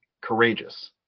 courageous